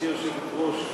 גברתי היושבת-ראש,